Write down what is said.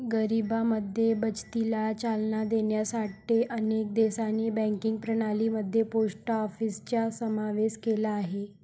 गरिबांमध्ये बचतीला चालना देण्यासाठी अनेक देशांनी बँकिंग प्रणाली मध्ये पोस्ट ऑफिसचा समावेश केला आहे